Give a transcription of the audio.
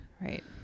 Right